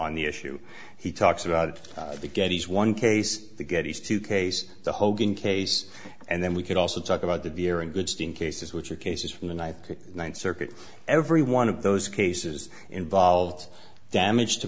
on the issue he talks about the gettys one case the gettys two case the hogan case and then we could also talk about the deer and goodstein cases which are cases from the night one circuit every one of those cases involved damage to